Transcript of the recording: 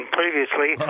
previously